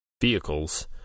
vehicles